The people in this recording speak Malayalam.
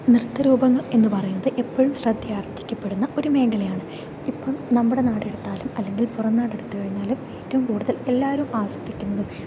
നൃത്തരൂപങ്ങൾ എന്ന് പറയുന്നത് എപ്പോഴും ശ്രദ്ധയാർജ്ജിക്കപ്പെടുന്ന ഒരു മേഖലയാണ് ഇപ്പോൾ നമ്മുടെ നാടെടുത്താലും അല്ലെങ്കിൽ പുറം നാടെടുത്തു കഴിഞ്ഞാലും ഏറ്റവും കൂടുതൽ എല്ലാവരും ആസ്വദിക്കുന്നതും